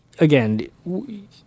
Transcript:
Again